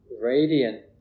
radiant